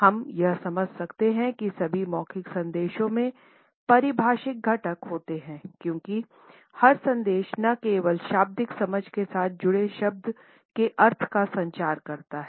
हम यह समझ सकते हैं कि सभी मौखिक संदेशों में पारिभाषिक घटक होते हैं क्योंकि हर संदेश न केवल शाब्दिक समझ के साथ जुड़े शब्द के अर्थ का संचार करता है